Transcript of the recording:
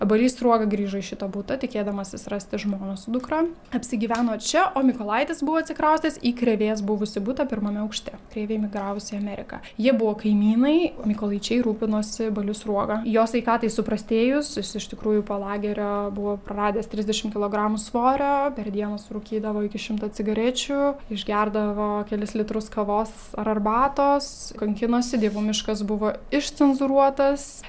balys sruoga grįžo į šitą butą tikėdamasis rasti žmoną su dukra apsigyveno čia o mykolaitis buvo atsikraustęs į krėvės buvusį butą pirmame aukšte kreivei emigravus į ameriką jie buvo kaimynai mykolaičiai rūpinosi baliu sruoga jo sveikatai suprastėjus jis iš tikrųjų po lagerio buvo praradęs trisdešimt kilogramų svorio per dieną surūkydavo iki šimto cigarečių išgerdavo kelis litrus kavos ar arbatos kankinosi dievų miškas buvo išcenzūruotas